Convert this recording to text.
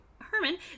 Herman